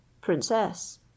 princess